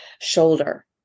shoulder